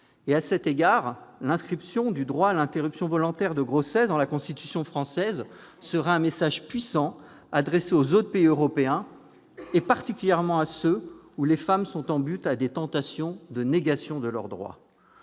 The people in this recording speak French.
À cet égard, l'inscription du droit à l'interruption volontaire de grossesse dans la Constitution française serait un message puissant adressé aux autres pays européens, particulièrement à ceux où les femmes sont en butte à des tentations de négation de leurs droits.